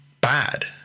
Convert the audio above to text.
bad